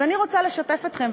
אז אני רוצה לשתף אתכם,